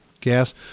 Gas